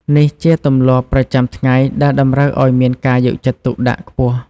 នេះជាទម្លាប់ប្រចាំថ្ងៃដែលតម្រូវឲ្យមានការយកចិត្តទុកដាក់ខ្ពស់។